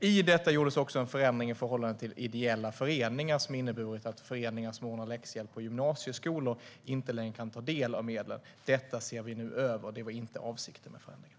I detta gjordes också en förändring i förhållande till ideella föreningar som inneburit att föreningar som ordnar läxhjälp på gymnasieskolor inte längre kan ta del av medlen. Detta ser vi nu över. Det var inte avsikten med förändringarna.